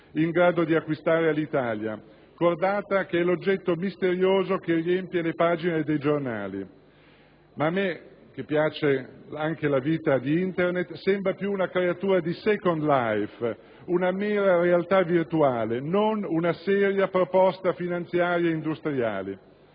in grado di acquistare Alitalia, cordata che è l'oggetto misterioso che riempie le pagine dei giornali. Ma a me, che piace anche la vita di Internet, sembra più una creatura di *Second life*, una mera realtà virtuale, non una seria proposta finanziaria e industriale.